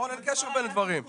אין קשר בין הדברים.